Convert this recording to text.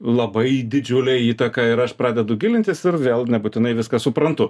labai didžiulė įtaka ir aš pradedu gilintis ir vėl nebūtinai viską suprantu